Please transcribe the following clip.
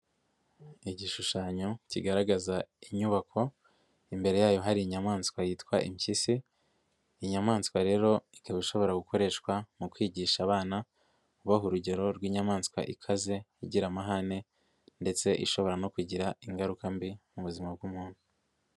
igishushanyo kigaragaza inyubako, imbere yayo hari inyamaswa yitwa impyisi, iyo nyamaswa rero ikaba ishobora gukoreshwa mu kwigisha abana ubaha urugero rw'inyamaswa ikaze igira amahane ndetse ishobora no kugira ingaruka mbi mu buzima bw'umuntu.